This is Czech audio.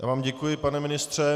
Já vám děkuji, pane ministře.